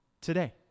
today